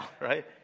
right